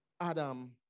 Adam